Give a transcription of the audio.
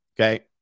Okay